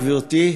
גברתי,